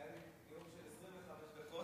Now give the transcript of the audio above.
היה לי נאום של 25 דקות,